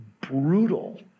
brutal